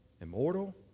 immortal